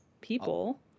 people